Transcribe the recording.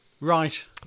Right